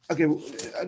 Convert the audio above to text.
okay